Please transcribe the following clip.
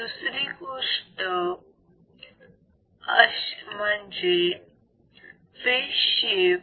दुसरी गोष्ट म्हणजे फेज शिफ्ट